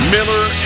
Miller